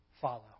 follow